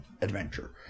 adventure